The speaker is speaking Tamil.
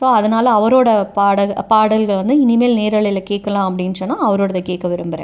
ஸோ அதனால் அவரோடய பாட பாடல்கள் வந்து இனிமேல் நேரலையில் கேட்கலாம் அப்படினு சொன்னால் அவரோடய கேட்க விரும்புகிறேன்